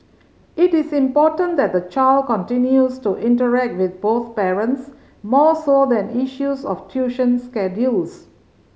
it is important that the child continues to interact with both parents more so than issues of tuition schedules